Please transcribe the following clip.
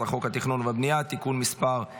חוק התכנון והבנייה (תיקון מס' 157),